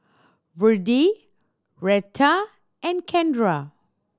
Virdie Retta and Kendra